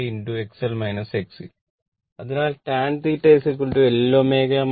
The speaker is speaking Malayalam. ഇപ്പോൾ θ tan 1R